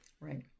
Right